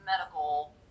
medical